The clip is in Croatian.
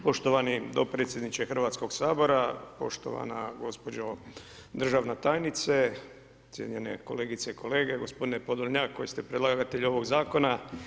Poštovani dopredsjedniče Hrvatskog sabora, poštovana gospođo državna tajnice, cijenjene kolegice i kolege, gospodine Podolnjak koji ste predlagatelj ovog zakona.